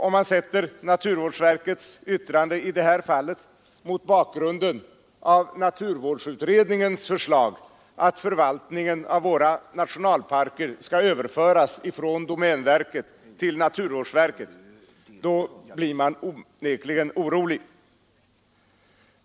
Om man sätter naturvårdsverkets yttrande i detta fall mot bakgrunden av naturvårdsutredningens förslag att förvaltningen av våra nationalparker skall överföras från domänverket till naturvårdsverket, blir man onekligen orolig.